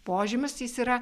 požymius jis yra